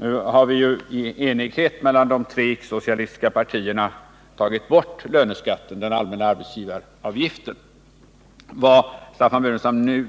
Nu har vi ju i enighet mellan de tre 14 december 1978 icke-socialistiska partierna tagit bort löneskatten, dvs. den allmänna arbetsgivaravgiften. Vad Staffan Burenstam